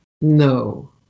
No